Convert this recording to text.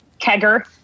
kegger